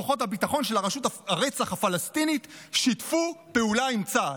כוחות הביטחון של רשות הרצח הפלסטינית שיתפו פעולה עם צה"ל.